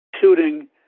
shooting